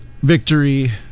Victory